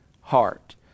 heart